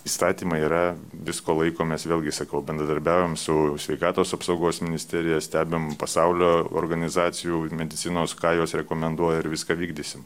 įstatymai yra visko laikomės vėlgi sakau bendradarbiavom su sveikatos apsaugos ministerija stebim pasaulio organizacijų medicinos ką jos rekomenduoja ir viską vykdysim